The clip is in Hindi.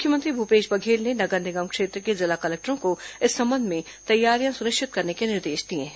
मुख्यमंत्री भूपेश बघेल ने नगर निगम क्षेत्र के जिला कलेक्टरों को इस संबंध में तैयारियां सुनिश्चित करने के निर्देश दिए हैं